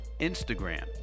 Instagram